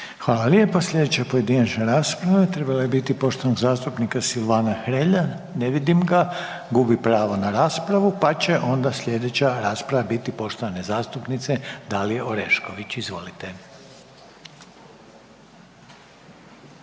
Hvala lijepo. Slijedeća pojedinačna rasprava trebala je biti poštovanog zastupnika Silvana Hrelja, ne vidim ga, gubi pravo na raspravu, pa će onda slijedeća rasprava biti poštovane zastupnice Dalije Orešković. Izvolite.